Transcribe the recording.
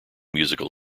musical